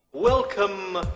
Welcome